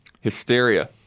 Hysteria